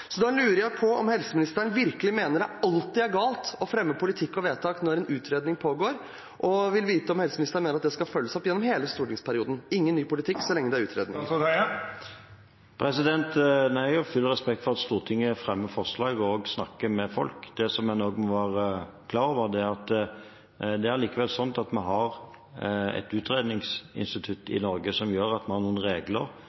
så lenge det er utredning. Jeg har full respekt for at Stortinget fremmer forslag og snakker med folk. Det som en også må være klar over, er at det allikevel er slik at vi har et utredningsinstitutt